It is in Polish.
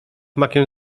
makiem